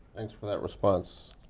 thanks for that response.